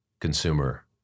consumer